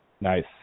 Nice